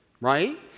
right